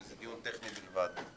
שזה דיון טכני בלבד,